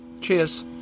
cheers